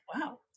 wow